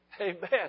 Amen